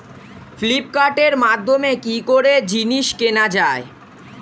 ফ্লিপকার্টের মাধ্যমে কি করে জিনিস কেনা যায়?